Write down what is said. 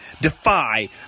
Defy